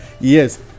Yes